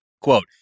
quote